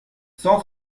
cent